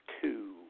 two